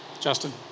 Justin